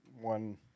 one